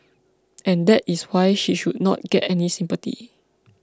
and that is why she should not get any sympathy